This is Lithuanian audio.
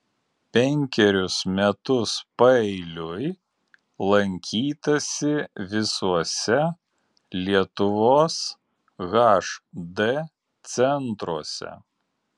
penkerius metus paeiliui lankytasi visuose lietuvos hd centruose